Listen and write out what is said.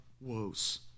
woes